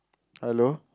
hello